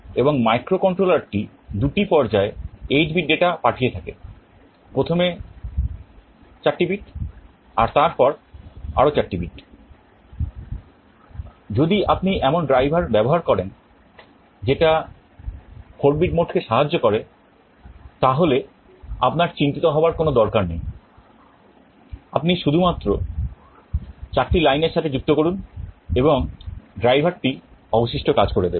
flip টি অবশিষ্ট কাজ করে দেবে